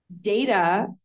data